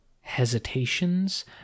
hesitations